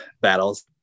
battles